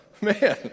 Man